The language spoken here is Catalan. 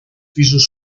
pisos